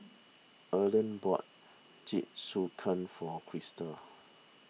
Earlean bought Jingisukan for Kristal